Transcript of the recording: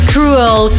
Cruel